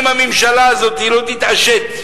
אם הממשלה הזאת לא תתעשת,